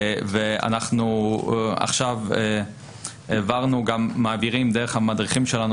ואנחנו עכשיו מעבירים דרך המדריכים שלנו